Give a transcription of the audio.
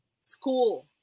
school